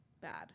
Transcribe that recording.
bad